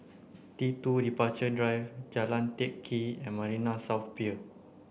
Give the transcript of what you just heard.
T two Departure Drive Jalan Teck Kee and Marina South Pier